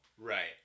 Right